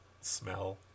smell